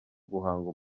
guhanga